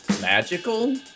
magical